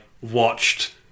watched